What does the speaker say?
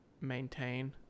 maintain